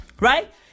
right